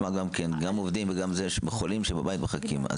גם עובדים וגם חולים שבבית מחכים.